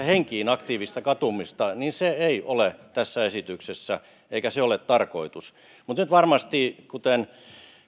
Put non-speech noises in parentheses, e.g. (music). (unintelligible) henkiin aktiivista katumista niin se ei ole tässä esityksessä eikä se ole tarkoitus mutta nyt varmasti kuten